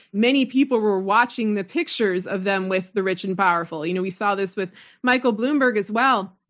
many people were watching the pictures of them with the rich and powerful. you know we saw this with michael bloomberg as well.